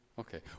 Okay